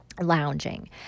lounging